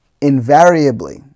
Invariably